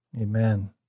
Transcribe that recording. Amen